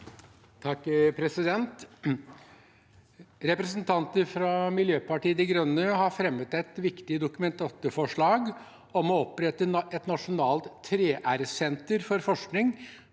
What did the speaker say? (H) Representanter fra Miljøpartiet De Grønne har fremmet et viktig Dokument 8-forslag om å opprette et nasjonalt 3R-senter for forskning